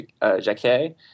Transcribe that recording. Jacquet